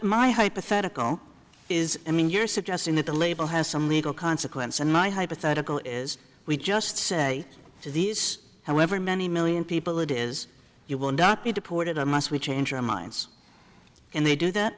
my hypothetical is i mean you're suggesting that the label has some legal consequence and my hypothetical is we just say to these however many million people it is you will not be deported and must we change our minds and they do that